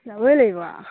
ল'বয়ে লাগিব আৰু